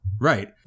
Right